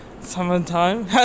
summertime